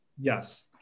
Yes